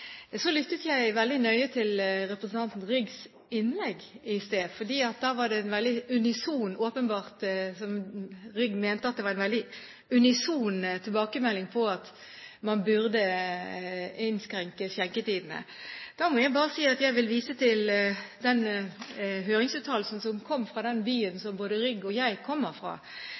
Så lyttet jeg veldig nøye til representanten Ryggs innlegg i stad, og da mente Rygg at det var en veldig unison tilbakemelding på at man burde innskrenke skjenketidene. Da må jeg bare vise til den høringsuttalelsen som kom fra den byen som både Rygg og jeg kommer fra,